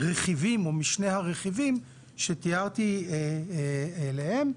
משני הרכיבים שתיארתי עליהם.